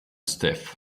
stiff